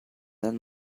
that